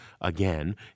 again